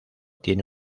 tiene